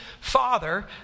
father